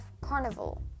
Carnival